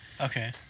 okay